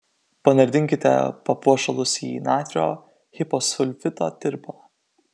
panardinkite papuošalus į natrio hiposulfito tirpalą